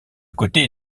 côté